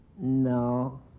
No